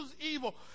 evil